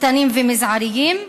קטנים וזעירים.